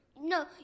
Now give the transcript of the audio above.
No